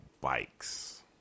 bikes